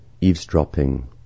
eavesdropping